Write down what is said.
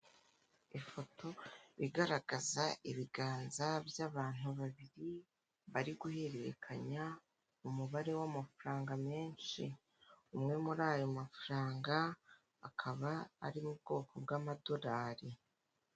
Ifoto igaragaza ibiganza by'abantu babiri bari guhererekanya umubare w'amafaranga menshi, umwe muri ayo mafaranga akaba ari mu bwoko bw'amadolari.